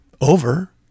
over